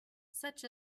such